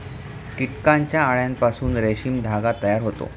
कीटकांच्या अळ्यांपासून रेशीम धागा तयार होतो